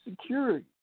security